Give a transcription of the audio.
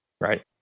right